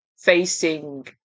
facing